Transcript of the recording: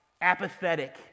apathetic